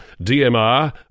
DMR